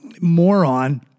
moron